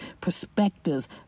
perspectives